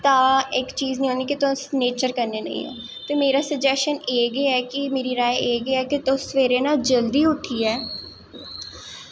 तां इक चीज होनी कि तुस नेचर कन्नै नेईं ओ ते मेरी सजेशन एह् ऐ कि मेरी राय एह् ऐ कि तुस सबैह्रे ना जल्दी उट्ठियै